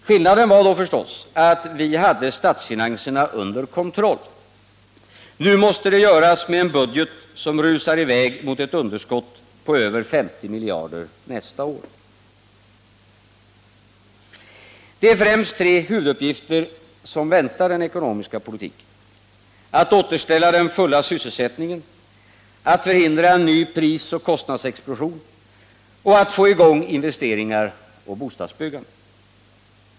Skillnaden var förstås att vi då hade statsfinanserna under kontroll — nu måste det göras med en budget som rusar i väg mot ett underskott på över 50 miljarder nästa år. Det är främst tre huvuduppgifter som väntar den ekonomiska politiken: att återställa den fulla sysselsättningen, att förhindra en ny prisoch kostnadsexplosion och att få i gång investeringarna och bostadsbyggandet.